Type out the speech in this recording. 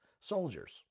soldiers